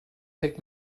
pick